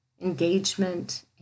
engagement